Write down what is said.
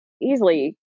easily